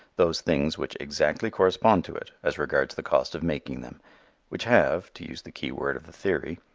those things which exactly correspond to it as regards the cost of making them which have, to use the key-word of the theory,